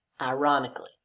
ironically